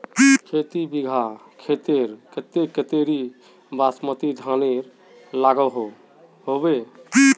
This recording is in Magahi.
खेती बिगहा खेतेर केते कतेरी बासमती धानेर लागोहो होबे?